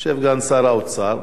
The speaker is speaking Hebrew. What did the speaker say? יושב כאן שר האוצר,